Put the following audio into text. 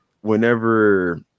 whenever